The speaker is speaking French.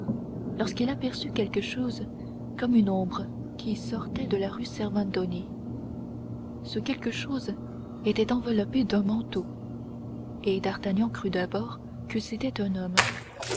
lorsqu'il aperçut quelque chose comme une ombre qui sortait de la rue servandoni ce quelque chose était enveloppé d'un manteau et d'artagnan crut d'abord que c'était un homme